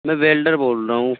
میں ویلڈر بول رہا ہوں